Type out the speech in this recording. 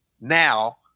now